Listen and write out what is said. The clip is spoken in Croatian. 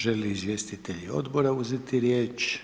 Želi li izvjestitelji Odbora uzeti riječ?